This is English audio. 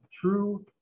true